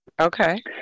Okay